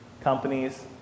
companies